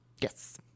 Yes